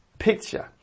picture